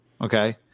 Okay